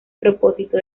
propósito